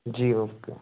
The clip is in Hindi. जी ओ के